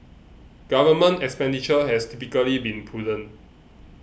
government expenditure has typically been prudent